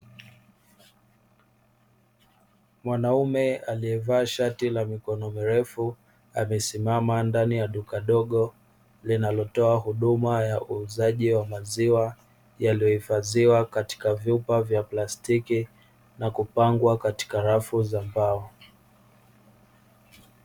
Mwanaume aliyevaa shati la mikono mirefu amesimama ndani ya duka dogo linalotoa huduma ya uuzaji wa maziwa yaliyohifadhiwa katika vyupa vya plastiki na kupangwa katika rafu za mbao.